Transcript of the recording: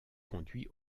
conduit